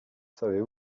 savez